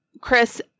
Chris